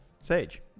Sage